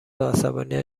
عصبانیت